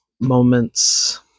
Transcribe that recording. moments